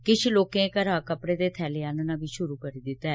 किश लोकें घरा कपड़े दे थैले आनना बी शुरू करी दित्ता ऐ